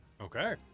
Okay